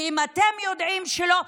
ואם אתם יודעים שלא,